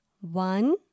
One